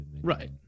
right